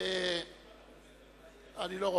אני קובע